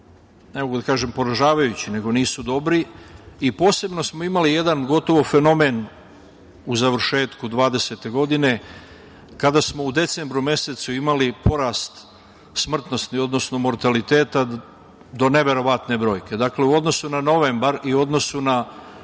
mogu da kažem poražavajući, nego nisu dobri. Posebno smo imali jedan gotovo fenomen u završetku 2020. godine kada smo u decembru mesecu imali porast smrtnosti, odnosno mortaliteta do neverovatne brojke. Dakle, u odnosu na novembar i u odnosu na